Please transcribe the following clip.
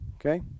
Okay